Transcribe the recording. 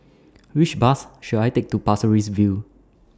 Which Bus should I Take to Pasir Ris View